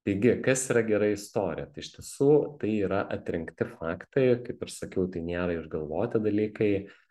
taigi kas yra gera istorija tai iš tiesų tai yra atrinkti faktai kaip ir sakiau tai nėra išgalvoti dalykai